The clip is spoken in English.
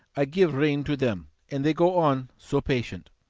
i give rein to them, and they go on so patient.